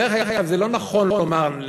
דרך אגב, זה לא נכון לומר,